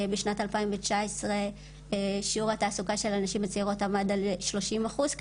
בשנת 2019 שיעור התעסוקה של הנשים הצעירות עמד על שלושים אחוז,